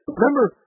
Remember